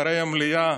מאחורי המליאה